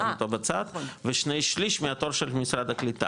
שם אותו בצד ושני שליש מהתור של משרד הקליטה,